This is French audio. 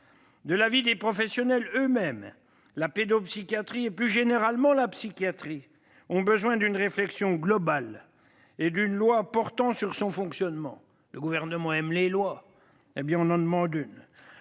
De l'avis des professionnels eux-mêmes, la pédopsychiatrie et plus généralement la psychiatrie ont besoin d'une réflexion globale et d'une loi portant sur son fonctionnement, son financement et la formation des